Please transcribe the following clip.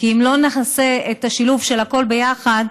כי אם לא נעשה את השילוב של הכול ביחד,